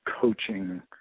coaching